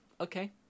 Okay